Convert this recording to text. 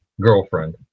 girlfriend